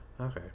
Okay